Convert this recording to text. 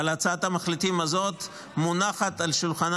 אבל הצעת המחליטים הזאת מונחת על שולחנה